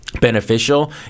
beneficial